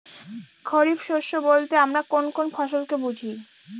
খরিফ শস্য বলতে আমরা কোন কোন ফসল কে বুঝি?